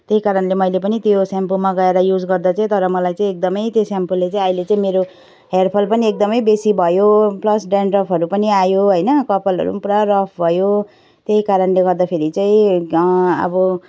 त्यही कारणले मैले पनि त्यो स्याम्पूमा गएर युज गर्दा चाहिँ तर मलाई चाहिँ एकदमै त्यो स्याम्पूले चाहिँ अहिले चाहिँ मेरो हेयरफल पनि एकदमै बेसी भयो प्लस डेन्ड्रफहरू पनि आयो होइन कपालहरू पनि पुरा रफ भयो त्यही कारणले गर्दाखेरि चाहिँ अब